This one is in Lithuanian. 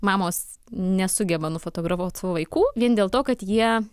mamos nesugeba nufotografuot savo vaikų vien dėl to kad jie